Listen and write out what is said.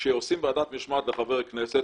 כשעושים ועדת משמעת לחבר כנסת,